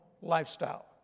lifestyle